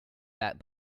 that